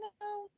no